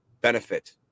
benefit